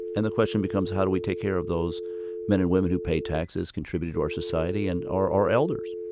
and the question becomes how do we take care of those men and women who paid taxes, contributed to our society and are our elders?